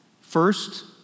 First